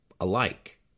alike